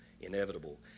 inevitable